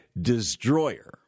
destroyer